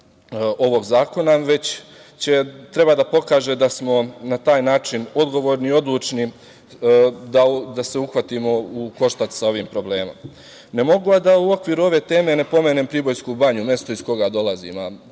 ovog zakona, već treba da pokaže da smo na taj način odgovorni i odlučni da se uhvatimo u koštac sa ovim problemom. Ne mogu, a da u okviru ove teme ne pomenem Pribojsku banju, mesto iz koga dolazim.